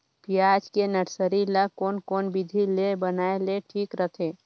पियाज के नर्सरी ला कोन कोन विधि ले बनाय ले ठीक रथे?